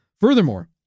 Furthermore